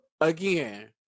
again